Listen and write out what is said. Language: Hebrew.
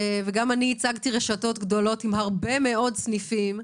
וגם אני ייצגתי רשתות גדולות עם הרבה מאוד סניפים.